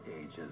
ages